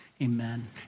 Amen